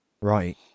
Right